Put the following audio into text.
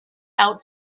out